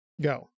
go